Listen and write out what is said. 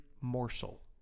morsel